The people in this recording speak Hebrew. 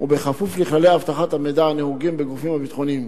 ובכפוף לכללי אבטחת המידע הנהוגים בגופים הביטחוניים.